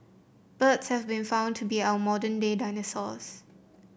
birds have been found to be our modern day dinosaurs